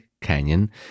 Canyon